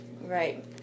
Right